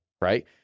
Right